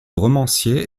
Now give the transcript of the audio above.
romancier